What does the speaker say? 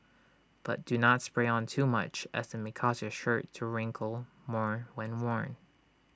but do not spray on too much as IT may cause your shirt to wrinkle more when worn